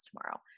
tomorrow